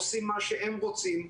עושים מה שהם רוצים.